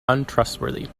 untrustworthy